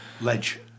ledge